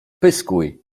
pyskuj